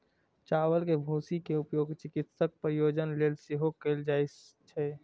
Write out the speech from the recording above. चावल के भूसी के उपयोग चिकित्सा प्रयोजन लेल सेहो कैल जाइ छै